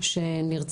שנרצחו.